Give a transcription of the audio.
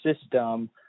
system